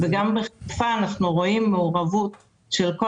גם בחיפה אנחנו רואים מעורבות של כל